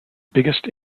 biggest